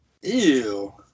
Ew